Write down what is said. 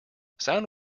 sound